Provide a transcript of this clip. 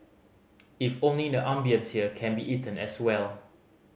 if only the ambience here can be eaten as well